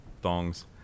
thongs